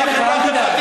אל תדאג.